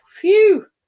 Phew